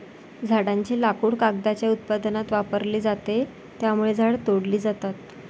झाडांचे लाकूड कागदाच्या उत्पादनात वापरले जाते, त्यामुळे झाडे तोडली जातात